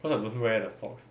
cause I don't wear the socks